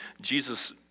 Jesus